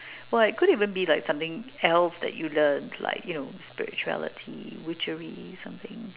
well like it could even be something else that you learnt like you know spirituality witchery something